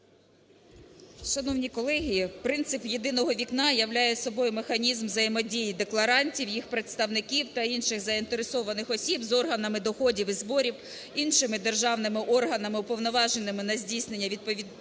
Шановні колеги! Принцип "єдиного вікна" являє собою механізм взаємодії декларантів, їх представників та інших заінтересованих осіб з органами доходів і зборів. Іншими державними органами, уповноваженими на здійснення відповідних